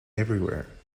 everywhere